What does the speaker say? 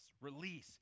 release